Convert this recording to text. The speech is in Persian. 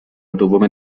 دوم